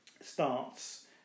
starts